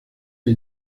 las